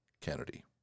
kennedy